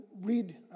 read